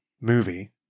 movie